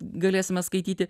galėsime skaityti